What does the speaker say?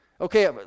Okay